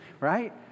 right